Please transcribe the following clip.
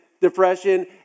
depression